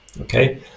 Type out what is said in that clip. Okay